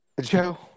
joe